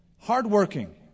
hard-working